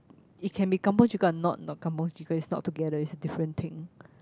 it can be kampung chicken or not kampung chicken is not together it's a different thing